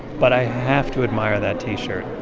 but i have to admire that t-shirt.